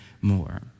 more